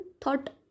thought